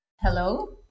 Hello